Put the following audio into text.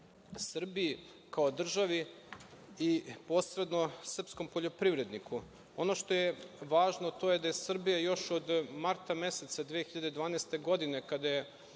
Srbiji, kao državi i posredno srpskom poljoprivredniku. Ono što je važno, a to je da je Srbija još od marta meseca 2012. godine, kada je